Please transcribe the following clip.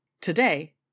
Today